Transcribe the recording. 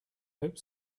hope